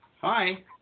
Hi